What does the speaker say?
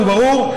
והוא ברור.